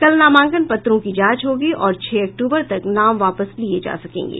कल नामांकन पत्रों की जांच होगी और छह अक्टूबर तक नाम वापस लिये जा सकेंगे